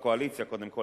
לקואליציה קודם כול,